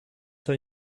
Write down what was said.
say